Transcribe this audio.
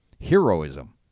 Heroism